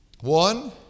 One